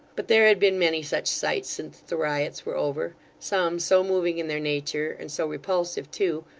but there had been many such sights since the riots were over some so moving in their nature, and so repulsive too,